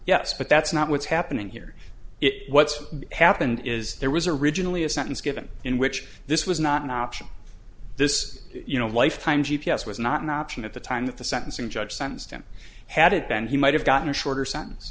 yes but that's not what's happening here it what's happened is there was originally a sentence given in which this was not an option this you know lifetime g p s was not an option at the time that the sentencing judge sentenced him had it then he might have gotten a shorter sen